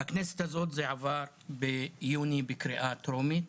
בכנסת הזאת זה עבר ביוני בקריאה טרומית,